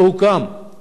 הצוות הזה לא הוקם.